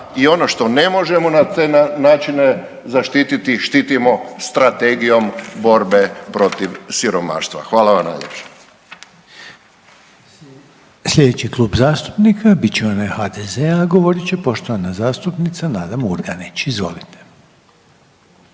i ono što ne možemo na te načine zaštiti, štitimo strategijom borbe protiv siromaštava. Hvala vam najljepša.